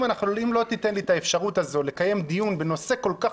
אם לא תיתן לי את האפשרות הזאת לקיים דיון בנושא כל כך